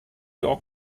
dag